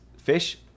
Fish